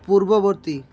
ପୂର୍ବବର୍ତ୍ତୀ